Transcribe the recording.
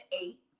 eight